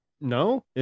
No